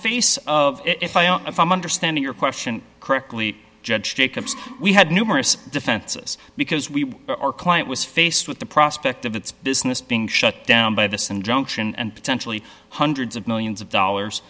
face of it if i'm understanding your question correctly judge we had numerous defenses because we our client was faced with the prospect of its business being shut down by this injunction and potentially hundreds of millions of dollars